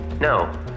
No